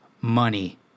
money